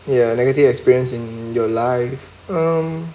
ya negative experience in your life um